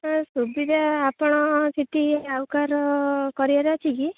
ହଁ ସେଥିପାଇଁ ଆପଣ ସେଠି ଆଉ କାହାର କରିବାର ଅଛି କି